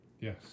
Yes